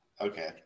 Okay